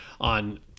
on